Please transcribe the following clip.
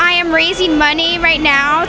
am raising money right now